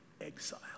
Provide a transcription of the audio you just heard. exile